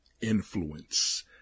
influence